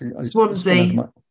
Swansea